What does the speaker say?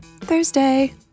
Thursday